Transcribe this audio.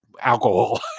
alcohol